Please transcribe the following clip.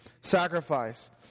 sacrifice